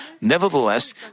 Nevertheless